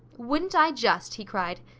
wouldn't i just! he cried.